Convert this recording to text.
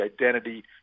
identity